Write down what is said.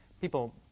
People